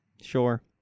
Sure